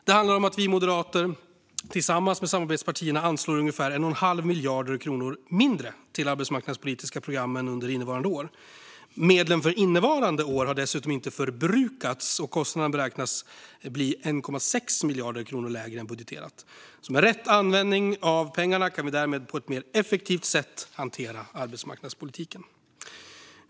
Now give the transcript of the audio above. Det handlar om att vi moderater tillsammans med samarbetspartierna anslår ungefär 1 1⁄2 miljard kronor mindre till de arbetsmarknadspolitiska programmen under innevarande år. Medlen för innevarande år har dessutom inte förbrukats, och kostnaderna beräknas bli 1,6 miljarder kronor lägre än budgeterat. Med rätt användning av pengarna kan vi därmed på ett mer effektivt sätt hantera arbetsmarknadspolitiken.